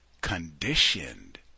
conditioned